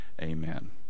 Amen